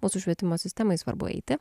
mūsų švietimo sistemai svarbu eiti